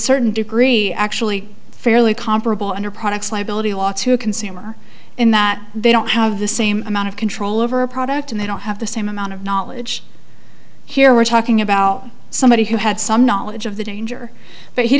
certain degree actually fairly comparable under products liability law to a consumer in that they don't have the same amount of control over a product and they don't have the same amount of knowledge here we're talking about somebody who had some knowledge of the danger but he